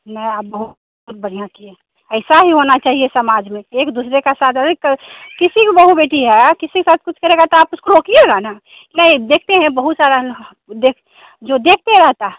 नहीं आप बहुत बढ़िया किए ऐसा ही होना चाहिए समाज में एक दूसरे का साथ अरे कल किसी की बहू बेटी है किसी का कुछ करेगा तो आप उसको रोकिएगा न नहीं देखते हैं बहुत सारा देख जो देखते रहता है